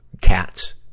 cats